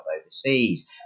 overseas